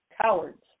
cowards